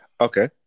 Okay